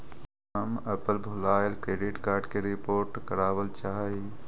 हम अपन भूलायल डेबिट कार्ड के रिपोर्ट करावल चाह ही